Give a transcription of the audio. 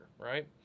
right